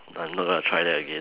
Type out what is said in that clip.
I'm not going to try that again